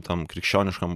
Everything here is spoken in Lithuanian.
tam krikščioniškam